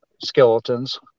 skeletons